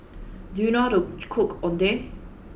do you know how to cook Oden